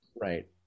Right